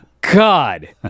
God